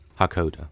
Hakoda